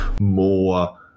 more